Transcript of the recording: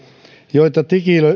joita